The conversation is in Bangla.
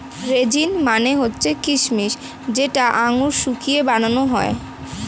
রেজিন মানে হচ্ছে কিচমিচ যেটা আঙুর শুকিয়ে বানানো হয়